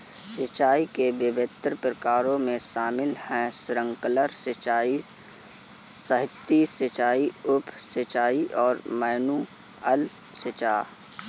सिंचाई के विभिन्न प्रकारों में शामिल है स्प्रिंकलर सिंचाई, सतही सिंचाई, उप सिंचाई और मैनुअल सिंचाई